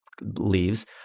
leaves